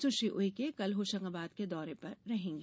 सुश्री उइके कल होशंगाबाद के दौर पर रहेंगी